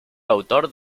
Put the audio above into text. autor